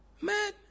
man